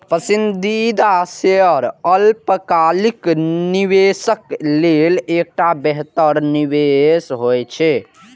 पसंदीदा शेयर अल्पकालिक निवेशक लेल एकटा बेहतर निवेश होइ छै